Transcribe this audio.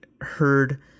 heard